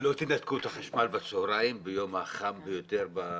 לא תנתקו את החשמל בצוהריים, ביום החם ביותר.